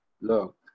Look